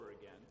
again